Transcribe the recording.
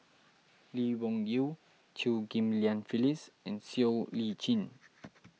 Lee Wung Yew Chew Ghim Lian Phyllis and Siow Lee Chin